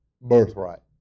Birthright